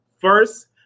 first